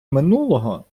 минулого